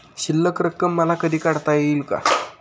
शिल्लक रक्कम मला कधी काढता येईल का?